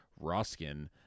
Roskin